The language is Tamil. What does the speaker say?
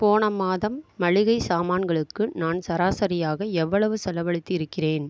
போன மாதம் மளிகை சாமான்களுக்கு நான் சராசரியாக எவ்வளவு செலவழித்து இருக்கிறேன்